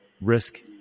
risk